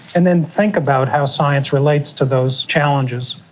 and then think about how science relates to those challenges.